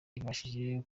ibashije